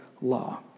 law